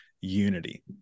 unity